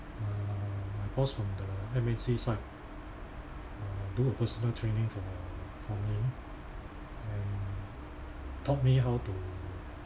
uh my boss from the M_A_C side uh do a personal training for for me and taught me how to